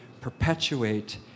perpetuate